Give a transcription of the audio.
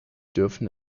dürfen